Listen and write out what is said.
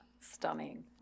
stunning